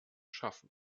schaffen